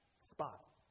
spot